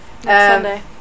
Sunday